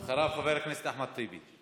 אחריו, חבר הכנסת אחמד טיבי.